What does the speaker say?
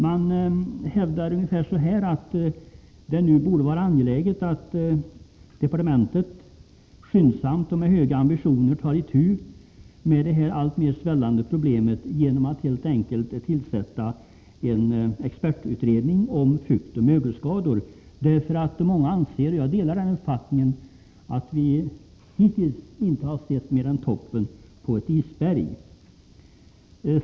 Det hävdas att det borde vara angeläget att departementet skyndsamt och med hög ambition tar itu med det allt större problemet genom att helt enkelt tillsätta en expertutredning om fuktoch mögelskador. Många anser — och jag delar den uppfattningen — att vi hittills inte har sett mer än toppen på ett isberg.